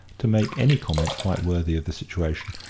to make any comment quite worthy of the situation,